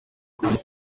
kumenya